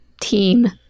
team